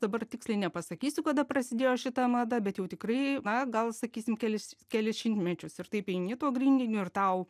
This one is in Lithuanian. dabar tiksliai nepasakysiu kada prasidėjo šita mada bet jau tikrai na gal sakysim kelis kelis šimtmečius ir taip eini tuo grindiniu ir tau